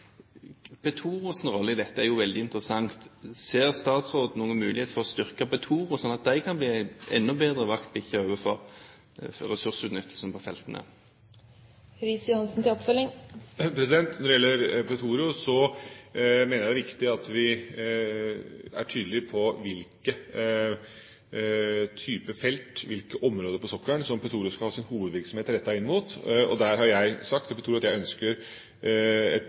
i dette er jo veldig interessant. Ser statsråden noen mulighet for å styrke Petoro, slik at de kan bli en enda bedre vaktbikkje overfor ressursutnyttelsen på feltene? Når det gjelder Petoro, mener jeg det er viktig at vi er tydelig på hvilke typer felt, hvilke områder på sokkelen som Petoro skal ha sin hovedvirksomhet rettet inn mot. Der har jeg sagt til Petoro at jeg ønsker et